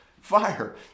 Fire